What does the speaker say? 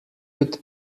could